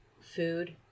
food